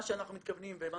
מה שאנחנו מתכוונים ומה